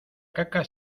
caca